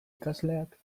ikasleak